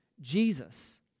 Jesus